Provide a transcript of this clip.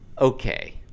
Okay